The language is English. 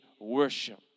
worship